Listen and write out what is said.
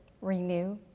renew